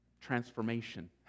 transformation